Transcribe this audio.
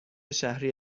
شهری